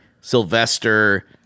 Sylvester